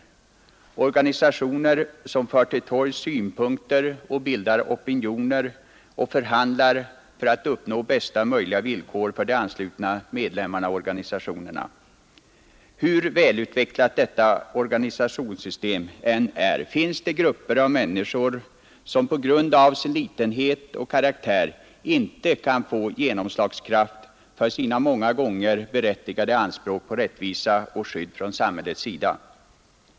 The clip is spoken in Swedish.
Dessa organisationer för till torgs synpunkter, bildar opinioner och förhandlar för att uppnå bästa möjliga villkor för de anslutna medlemmarna och organisationerna. Hur välutvecklat detta organisationssystem än är finns det grupper av människor vilkas organisation på grund av sin litenhet och karaktär inte kan få genomslagskraft för sina många gånger berättigade anspråk på rättvisa och skydd från samhällets sida.